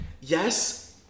Yes